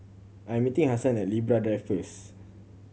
I'm meeting Hasan at Libra Drive first